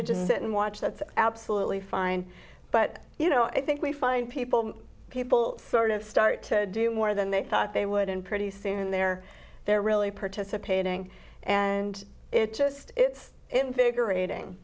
to just sit and watch that's absolutely fine but you know i think we find people people sort of start to do more than they thought they would and pretty soon they're they're really participating and it just it's invigorating